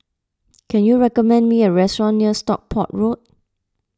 can you recommend me a restaurant near Stockport Road